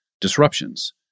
disruptions